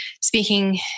speaking